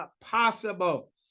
possible